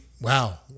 wow